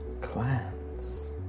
Clans